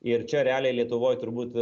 ir čia realiai lietuvoj turbūt